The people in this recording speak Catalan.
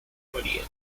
maria